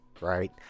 right